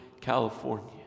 California